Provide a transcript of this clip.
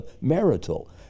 marital